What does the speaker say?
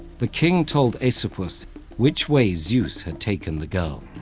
the king told asopus which way zeus had taken the girl.